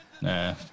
Nah